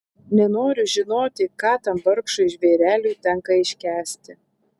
nenoriu žinoti ką tam vargšui žvėreliui tenka iškęsti